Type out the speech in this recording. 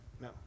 No